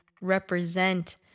represent